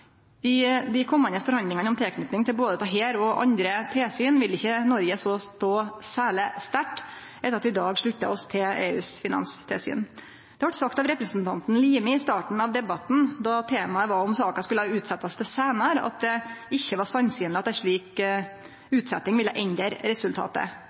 I dei komande forhandlingane om tilknyting til både dette og andre tilsyn vil ikkje Noreg stå særleg sterkt etter at vi i dag sluttar oss til EUs finanstilsyn. Det vart sagt av representanten Limi i starten av debatten, då temaet var om saka skulle utsetjast til seinare, at det ikkje var sannsynleg at ei slik utsetjing ville endre resultatet.